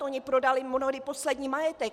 Oni prodali mnohdy poslední majetek.